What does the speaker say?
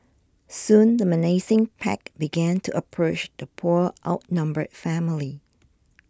soon the menacing pack began to approach the poor outnumbered family